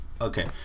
Okay